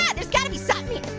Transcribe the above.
yeah there's gotta be something.